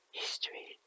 history